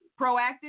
proactive